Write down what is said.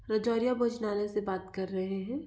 रजोरिया भोजनालय से बात कर रहे हैं